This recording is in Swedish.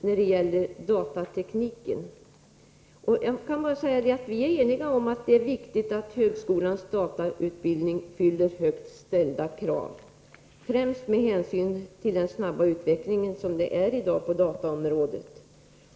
När det gäller datatekniken kan jag bara säga att vi är eniga om att det är viktigt att högskolans datautbildning uppfyller högt ställda krav, främst med hänsyn till den snabba utvecklingen i dag på dataområdet.